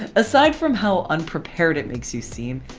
aside from how unprepared it makes you seem,